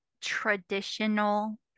traditional